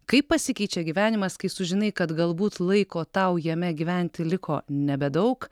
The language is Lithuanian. kaip pasikeičia gyvenimas kai sužinai kad galbūt laiko tau jame gyventi liko nebedaug